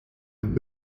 when